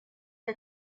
que